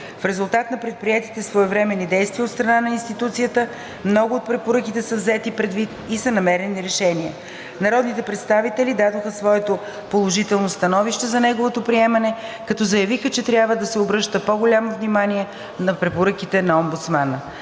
В резултат на предприетите своевременни действия от страна на институцията много от препоръките са взети предвид и са намерени решения. Народните представители дадоха своето положително становище за неговото приемане, като заявиха, че трябва да се обръща по-голямо внимание на препоръките на омбудсмана.